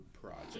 project